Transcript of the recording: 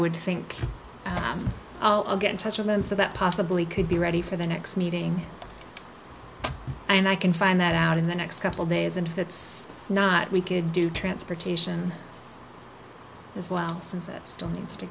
would think i'll get in touch with them so that possibly could be ready for the next meeting and i can find that out in the next couple days and if it's not we could do transportation as well since it still needs to